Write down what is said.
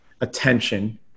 attention